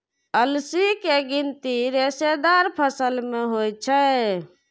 अलसी के गिनती रेशेदार फसल मे होइ छै